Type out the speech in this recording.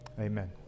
Amen